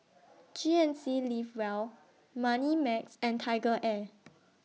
G N C Live Well Moneymax and TigerAir